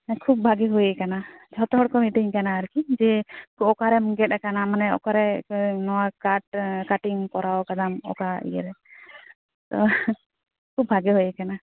ᱠᱷᱩᱵ ᱵᱷᱟᱹᱜᱤ ᱦᱩᱭ ᱠᱟᱱᱟ ᱡᱚᱛᱚ ᱦᱚᱲ ᱠᱚ ᱢᱤᱛᱟᱹᱧ ᱠᱟᱱᱟ ᱟᱨᱠᱤ ᱡᱮ ᱚᱠᱟᱨᱮᱢ ᱜᱮᱫ ᱟᱠᱟᱱᱟ ᱢᱟᱱᱮ ᱚᱠᱟᱨᱮ ᱱᱚᱣᱟ ᱠᱟᱴ ᱠᱟᱴᱤᱝ ᱮᱢ ᱠᱚᱨᱟᱣ ᱟᱠᱟᱫᱟ ᱚᱠᱟ ᱤᱭᱟᱹ ᱨᱮ ᱠᱷᱩᱵ ᱵᱷᱟᱹᱜᱤ ᱦᱩᱭ ᱟᱠᱟᱱᱟ